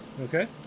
Okay